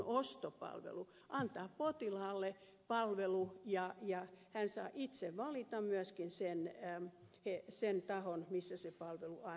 se antaa potilaalle palvelun ja hän saa itse valita myöskin sen tahon missä se palvelu annetaan